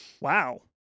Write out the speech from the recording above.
Wow